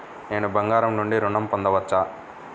నేను బంగారం నుండి ఋణం పొందవచ్చా?